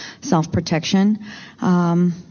self-protection